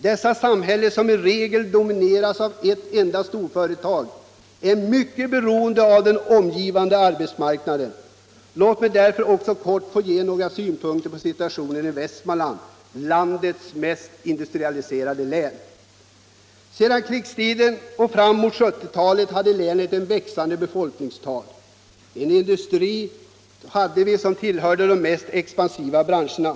Dessa samhällen, som i regel domineras av ett enda storföretag, är mycket beroende av den arbetsmarknaden. Låt mig därför också helt kort ge några synpunkter på situationen i Västmanland, landets mest industrialiserade län. Under efterkrigstiden och fram mot 1970-talet hade länet ett växande befolkningstal och en industri som tillhörde de mest expansiva branscherna.